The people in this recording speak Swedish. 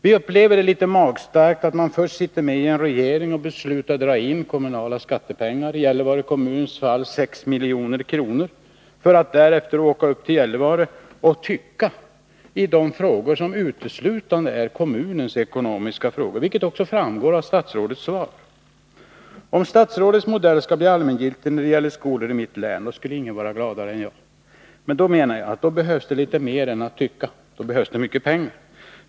Vi upplever det som litet magstarkt att man först är med om att i regeringen besluta dra in kommunala skattepengar, i Gällivare kommuns fall 6 milj.kr., för att därefter åka till Gällivare och tycka i de frågor som uteslutande är kommunens ekonomiska frågor, vilket också framgår av statsrådets svar. Om statsrådets modell skulle bli allmängiltig när det gäller skolor i mitt län skulle ingen vara gladare än jag. Men då behövs det mer än att tycka — då behövs det mycket pengar.